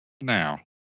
now